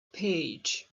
page